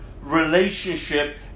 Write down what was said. relationship